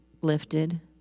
lifted